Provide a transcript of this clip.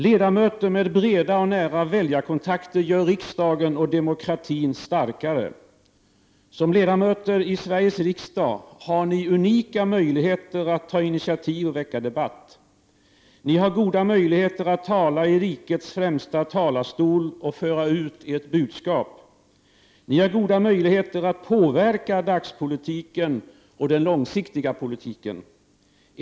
Ledamöter med breda och nära väljarkontakter gör riksdagen och demokratin starkare. Som ledamöter i Sveriges riksdag har ni unika möjligheter att ta initiativ och väcka debatt. Ni har goda möjligheter att tala i rikets främsta talarstol och föra ut ert budskap. Ni har goda möjligheter att påverka dagspolitiken och den långsiktiga politiken.